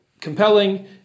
compelling